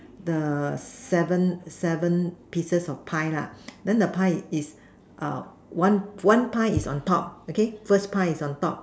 the seven seven pieces of pie lah then the pie is one one pie is on top okay first pie is on top